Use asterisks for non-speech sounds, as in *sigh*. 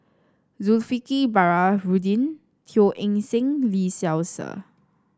*unintelligible* Baharudin Teo Eng Seng Lee Seow Ser